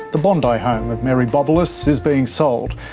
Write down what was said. the bondi home of mary bobolas is being sold,